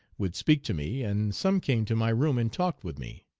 would speak to me, and some came to my room and talked with me,